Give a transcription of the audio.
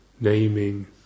naming